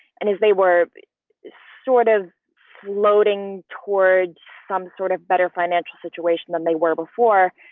and if they were sort of floating toward some sort of better financial situation than they were before,